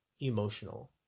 emotional